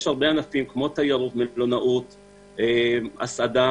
כמו תיירות ומלונאות והסעדה.